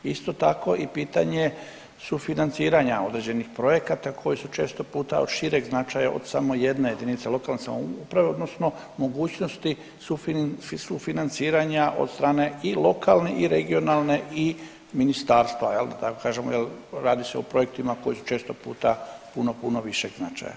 Isto tako i pitanje sufinanciranja određenih projekata koje su često puta od šireg značaja od samo jedne jedinice lokalne samouprave odnosno mogućnosti sufinanciranja od strane i lokalne i regionalne i Ministarstvo, je li, da tako kažemo, je li, radi se o projektima koji su često puta puno, puno višeg značaja.